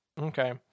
Okay